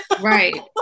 right